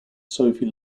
sophie